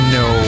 no